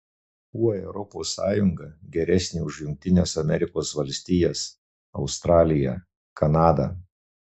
kuo europos sąjunga geresnė už jungtines amerikos valstijas australiją kanadą